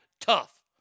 tough